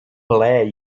plaer